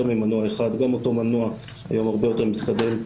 ממנוע אחד וגם אותו מנוע היום הרבה יותר מתקדם.